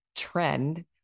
trend